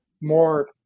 more